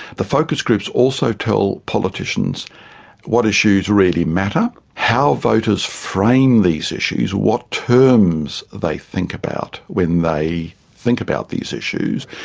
the focus groups also tell politicians what issues really matter, how voters frame these issues, what terms they think about when they think about these issues.